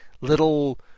little